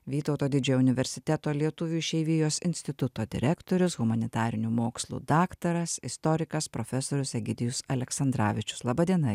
vytauto didžiojo universiteto lietuvių išeivijos instituto direktorius humanitarinių mokslų daktaras istorikas profesorius egidijus aleksandravičius laba diena